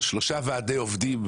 3 ועדי עובדים,